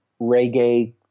reggae